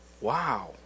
Wow